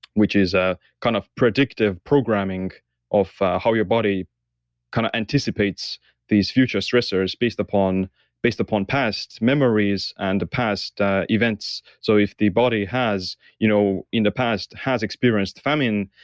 which is a kind of predictive programming of how your body kind of anticipates these future stressors based upon based upon past memories and past events. so if the body you know in the past has experienced famine,